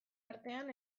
artean